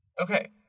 okay